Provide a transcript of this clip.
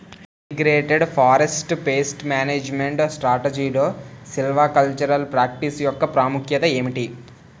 Integrated forest pest management స్ట్రాటజీలో silvicultural practice యెక్క ప్రాముఖ్యత ఏమిటి??